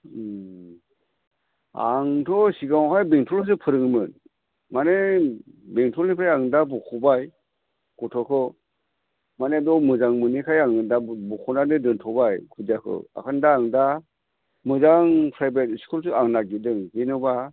आंथ' सिगांआवहाय बेंटलावसो फोरोङोमोन माने बेंटलनिफ्राय आं दा बख'बाय गथ'खौ माने बेयाव मोजां मोनिखाय आङो दा बख'नानै दोनथ'बाय खुदियाखौ ओंखायनो आं दा मोजां प्रायभेट स्कुलसो आं नागिरदों जेनेबा